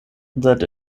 that